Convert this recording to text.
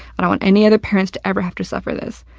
i don't want any other parents to ever have to suffer this.